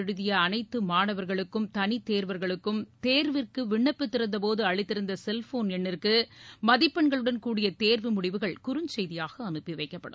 எழுதிய அனைத்து மாணவர்களுக்கும் தனித்தேர்வர்களுக்கும் தேர்வு தேர்வுக்கு விண்ணப்பித்திருந்தபோது அளித்திருந்த செல்போன் எண்ணுக்கு மதிப்பெண்களுடன் கூடிய தேர்வு முடிவுகள் குறுஞ்செய்தியாக அனுப்பி வைக்கப்படும்